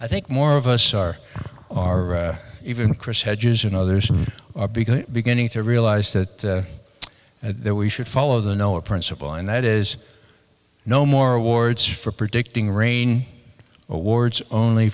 i think more of us are even chris hedges and others are beginning to realize that there we should follow the noah principle and that is no more awards for predicting rain awards only